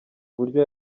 uburyo